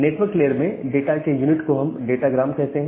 network layer में data के unit को हम डाटा ग्राम कहते हैं